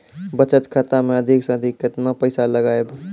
बचत खाता मे अधिक से अधिक केतना पैसा लगाय ब?